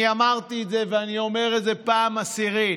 אני אמרתי את זה ואני אומר את זה בפעם העשירית: